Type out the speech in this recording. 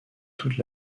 toute